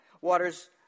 waters